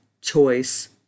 choice